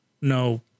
no